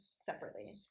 separately